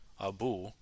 Abu